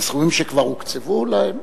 הם סכומים שכבר הוקצבו להם,